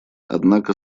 однако